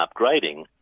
upgrading